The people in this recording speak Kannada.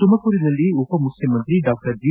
ತುಮಕೂರಿನಲ್ಲಿ ಉಪ ಮುಖ್ಯಮಂತ್ರಿ ಡಾ ಜಿ